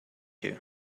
you